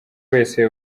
wese